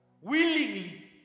Willingly